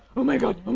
oh my god,